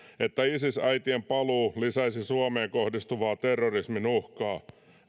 että isis äitien paluu lisäisi suomeen kohdistuvaa terrorismin uhkaa